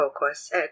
focus